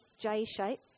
J-shape